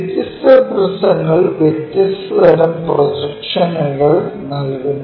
വ്യത്യസ്ത പ്രിസങ്ങൾ വ്യത്യസ്ത തരം പ്രൊജക്ഷനുകൾ നൽകുന്നു